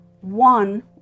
One